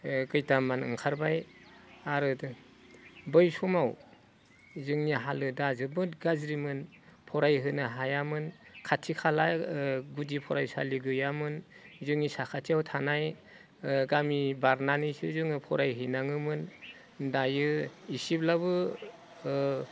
कैतामान ओंखारबाय आरो बै समाव जोंनि हालोदा जोबोद गाज्रिमोन फरायहोनो हायामोन खाथि खाला गुदि फरायसालि गैयामोन जोंनि साखाथियाव थानाय गामि बारनानैसो जोङो फरायहैनाङोमोन दायो एसेब्लाबो